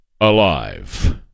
alive